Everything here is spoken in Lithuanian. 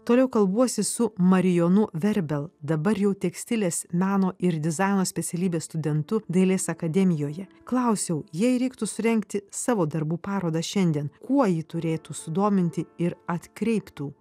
toliau kalbuosi su marijonu verbel dabar jau tekstilės meno ir dizaino specialybės studentu dailės akademijoje klausiau jei reiktų surengti savo darbų paroda šiandien kuo ji turėtų sudominti ir atkreiptų